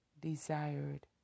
Desired